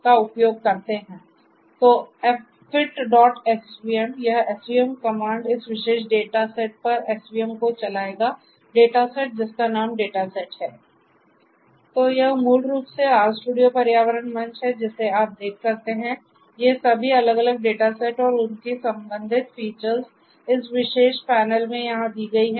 तो fitsvm यह svm command इस विशेष डेटा सेट पर svm को चलाएगा डेटा सेट जिसका नाम data set है